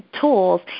tools